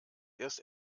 erst